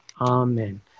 Amen